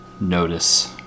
notice